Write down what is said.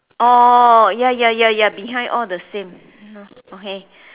orh ya ya ya ya behind all the same